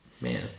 man